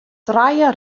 trije